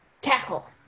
Tackle